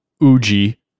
Uji